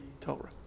Torah